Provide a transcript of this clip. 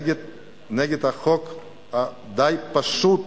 נגד החוק הדי-פשוט.